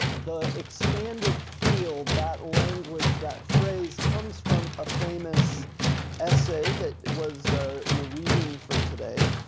the expanded field, that language, that phrase, comes from a famous essay that was your reading for today